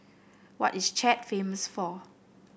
what is Chad famous for